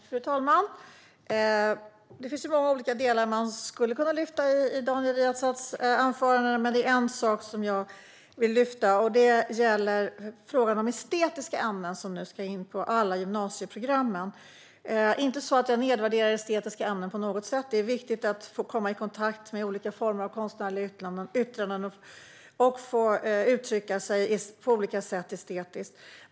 Fru talman! Det finns många olika delar i Daniel Riazats anförande som man skulle kunna lyfta fram, men det är en sak som jag vill lyfta fram. Det gäller frågan om estetiska ämnen, som nu ska in i alla gymnasieprogram. Det är inte så att jag nedvärderar estetiska ämnen på något sätt. Det är viktigt att få komma i kontakt med olika former av konstnärliga uttryck och att få uttrycka sig estetiskt på olika sätt.